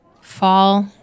fall